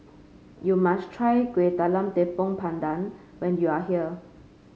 you must try Kuih Talam Tepong Pandan when you are here